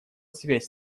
связь